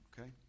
okay